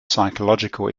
psychological